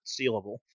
sealable